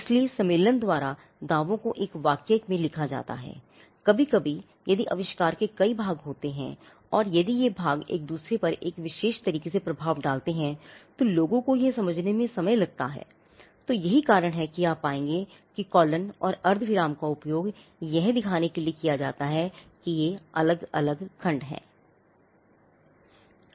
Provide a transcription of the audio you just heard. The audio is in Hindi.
इसलिए कन्वेंशन और अर्धविराम का उपयोग यह दिखाने के लिए किया जाता है कि अलग अलग खंड हैं